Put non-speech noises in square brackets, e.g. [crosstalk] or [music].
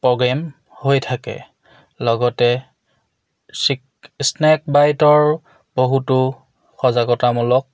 programme হৈ থাকে লগতে [unintelligible] স্নেক বাইটৰ বহুতো সজাগতামূলক